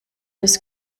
has